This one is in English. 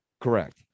correct